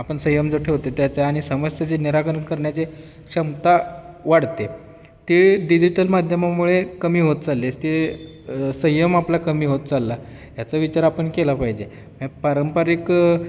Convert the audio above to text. आपण संयम जो ठेवतो त्याच्या आणि समस्याचे निराकरण करण्याची क्षमता वाढते ते डिजिटल माध्यमामुळे कमी होत चालले ते संयम आपला कमी होत चालला याचा विचार आपण केला पाहिजे पारंपरिक